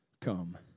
come